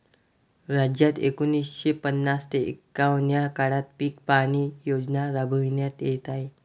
राज्यात एकोणीसशे पन्नास ते एकवन्न या काळात पीक पाहणी योजना राबविण्यात येत आहे